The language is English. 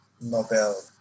Nobel